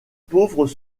pauvres